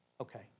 Okay